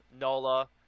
Nola